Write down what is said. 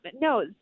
No